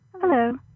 Hello